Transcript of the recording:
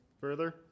further